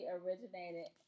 originated